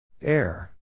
Air